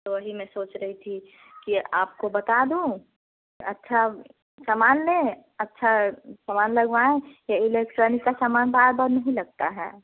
तो वही मैं सोच रही थी कि आपको बता दूँ अच्छा सामान लें अच्छा सामान लगवाएँ यह इलेक्ट्रॉनिक का सामान बार बार नहीं लगता है